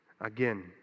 Again